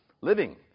living